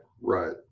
right